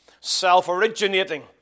self-originating